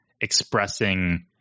expressing